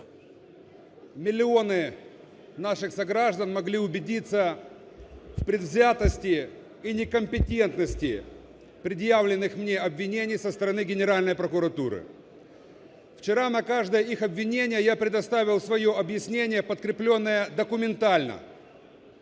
миллионы наших сограждан могли убедиться в предвзятости и некомпетентности предъявленных мне обвинений со стороны Генеральной прокуратуры. Вчера на каждое их обвинения я предоставил свое объяснение, подкрепленное документально.